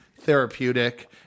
therapeutic